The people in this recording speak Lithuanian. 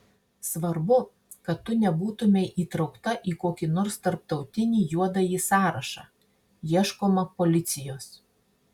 svarbu kad tu nebūtumei įtraukta į kokį nors tarptautinį juodąjį sąrašą ieškoma policijos